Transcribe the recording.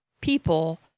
people